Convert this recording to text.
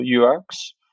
UX